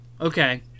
okay